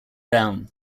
down